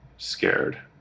scared